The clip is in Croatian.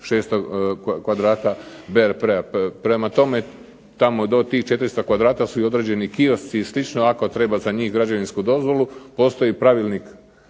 ne razumije./... Prema tome, tamo do tih 400 kvadrata su i određeni kiosci i slično. Ako treba za njih građevinsku dozvolu postoji pravilnik